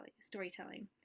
storytelling